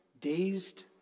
dazed